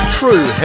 true